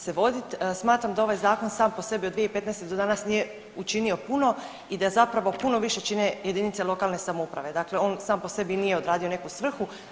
Smatram da ovaj zakon sam po sebi od 2015. do danas nije učinio puno i da zapravo puno više čine jedinice lokalne samouprave, dakle on sam po sebi nije odradio neku svrhu.